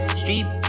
street